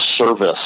service